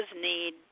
need